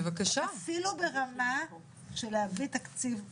אפילו ברמה של להביא תקציב נוסף,